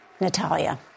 Natalia